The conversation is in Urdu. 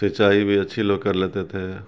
سینچائی بھی اچھی لوگ کر لیتے تھے